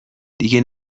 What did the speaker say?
دیگه